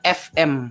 fm